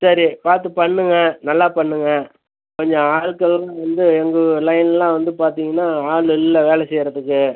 சரி பார்த்து பண்ணுங்க நல்லா பண்ணுங்க கொஞ்சம் ஆள்கள்லாம் வந்து எங்கள் லைன்லாம் வந்து பார்த்தீங்கன்னா ஆளு இல்லை வேலை செய்கிறத்துக்கு